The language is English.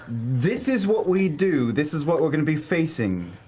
this is what we do, this is what we're gonna be facing,